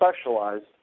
specialized